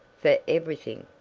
for everything.